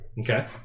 Okay